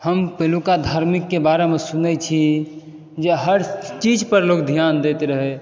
हम पहिलुका धार्मिकके बारे मे सुनै छी जे हर चीज पर लोक ध्यान दैत रहै